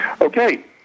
Okay